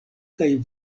kaj